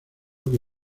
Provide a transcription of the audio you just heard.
que